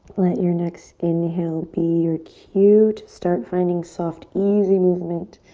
let your next inhale be your cue to start finding soft, easy movement.